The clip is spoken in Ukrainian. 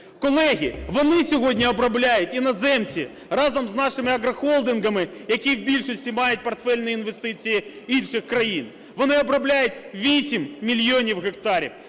Колеги, вони сьогодні обробляють, іноземці, разом з нашими агрохолдингами, які в більшості мають портфельні інвестиції інших країн, вони обробляють 8 мільйонів гектарів